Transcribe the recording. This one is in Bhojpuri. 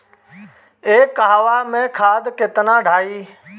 एक कहवा मे खाद केतना ढालाई?